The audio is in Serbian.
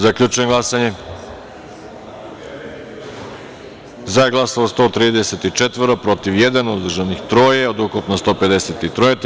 Zaključujem glasanje: za - 134, protiv - jedan, uzdržanih – troje, ukupno – 153.